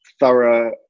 thorough